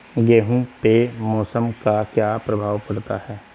गेहूँ पे मौसम का क्या प्रभाव पड़ता है?